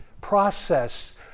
process